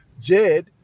Jed